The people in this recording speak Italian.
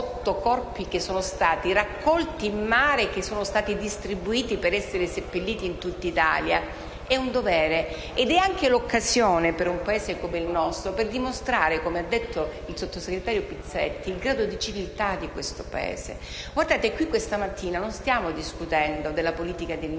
che sono stati raccolti in mare e sono stati distribuiti per essere seppelliti in tutta Italia, è un dovere ed è anche l'occasione per un Paese come il nostro per dimostrare, come ha detto il sottosegretario Pizzetti, il grado di civiltà del Paese stesso. Questa mattina non stiamo discutendo di politica dell'immigrazione